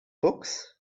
books